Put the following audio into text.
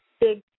big